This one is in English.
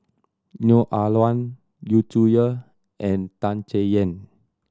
Neo Ah Luan Yu Zhuye and Tan Chay Yan